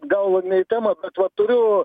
gal ne į temą bet va turiu